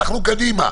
הלכנו קדימה.